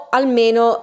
almeno